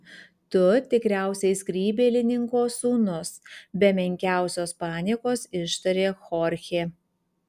tu tikriausiai skrybėlininko sūnus be menkiausios paniekos ištarė chorchė